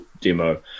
demo